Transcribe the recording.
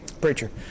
preacher